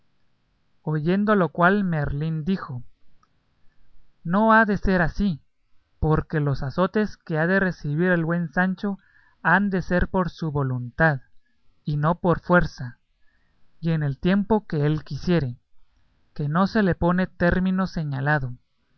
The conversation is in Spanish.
oyendo lo cual merlín dijo no ha de ser así porque los azotes que ha de recebir el buen sancho han de ser por su voluntad y no por fuerza y en el tiempo que él quisiere que no se le pone término señalado